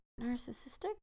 narcissistic